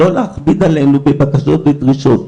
לא להכביד אותנו עם בקשות ודרישות.